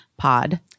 pod